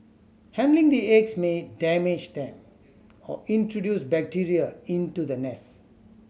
handling the eggs may damage them or introduce bacteria into the nest